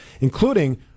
including